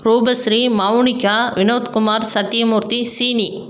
Roopasri Mounika Vinodkumar Sathyamoorthy Seeni